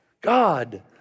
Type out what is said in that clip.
God